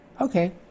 Okay